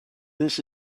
this